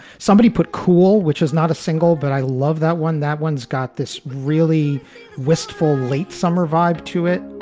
somebody put cool, which was not a single but i love that one. that one's got this really wistful late summer vibe to it